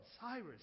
Cyrus